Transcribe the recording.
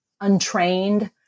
untrained